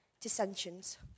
dissensions